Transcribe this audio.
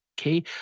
Okay